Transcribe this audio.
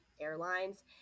airlines